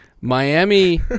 Miami